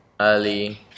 early